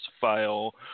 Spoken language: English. file